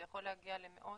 זה יכול להגיע למאות